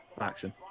action